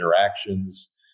interactions